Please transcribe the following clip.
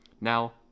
Now